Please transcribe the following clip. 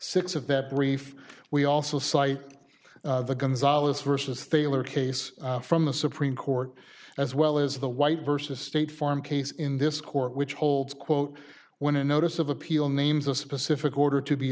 six of that brief we also cite the gonzales vs thaler case from the supreme court as well as the white versus state farm case in this court which holds quote when a notice of appeal names a specific order to be